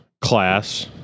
class